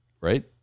Right